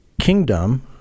kingdom